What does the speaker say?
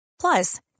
Plus